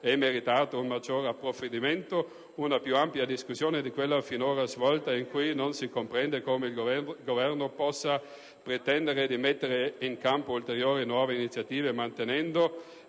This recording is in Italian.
e meritato un maggiore approfondimento ed una più ampia discussione di quella finora svolta, in cui non si comprende come il Governo possa pretendere di mettere in campo ulteriori nuove iniziative, mantenendo